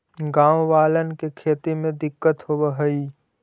गाँव वालन के खेती में दिक्कत होवऽ हई